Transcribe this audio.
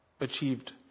achieved